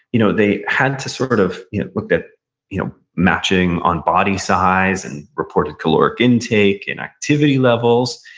you know they had to sort of look at you know matching on body size, and reported caloric intake, and activity levels,